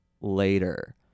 later